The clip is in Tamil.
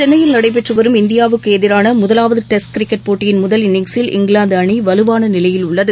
சென்னையில் நடைபெற்று வரும் இந்தியாவுக்கு எதிரான முதவாவது டெஸ்ட் கிரிக்கெட் போட்டியின் முதல் இன்னிங்சில் இங்கிலாந்து அணி வலுவான நிலையில் உள்ளது